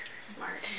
Smart